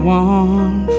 one